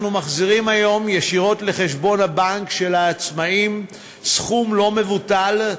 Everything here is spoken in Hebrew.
אנחנו מחזירים היום ישירות לחשבון הבנק של העצמאים סכום לא מבוטל,